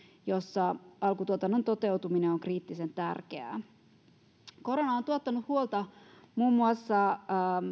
joissa alkutuotannon toteutuminen on kriittisen tärkeää korona on tuottanut huolta muun muassa